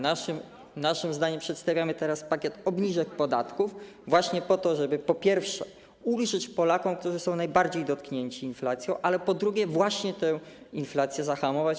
Naszym zdaniem przedstawiamy teraz pakiet obniżek podatków właśnie po to, żeby po pierwsze, ulżyć Polakom, którzy są najbardziej dotknięci inflacją, a pod drugie, właśnie tę inflację zahamować.